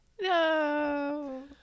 No